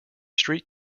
street